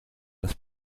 das